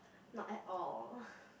not at all